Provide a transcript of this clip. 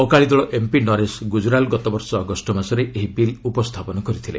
Akali Dal MP ନରେଶ ଗୁଜରାଲ ଗତବର୍ଷ August ମାସରେ ଏହି ବିଲ୍ ଉପସ୍ଥାପନ କରିଥିଲେ